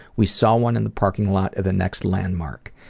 we saw one in the parking lot of the next landmark.